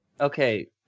Okay